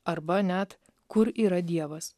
arba net kur yra dievas